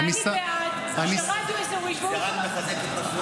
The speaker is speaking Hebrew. ואני בעד שרדיו אזורי --- את מחזקת מה שהוא אומר.